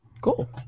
Cool